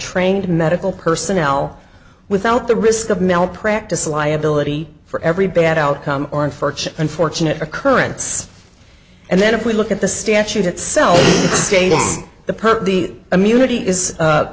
trained medical personnel without the risk of malpractise liability for every bad outcome or unfortunate unfortunate occurrence and then if we look at the statute itself again the per the immunity is